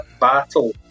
battle